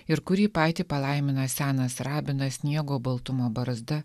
ir kurį patį palaimina senas rabinas sniego baltumo barzda